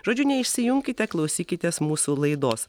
žodžiu neišsijunkite klausykitės mūsų laidos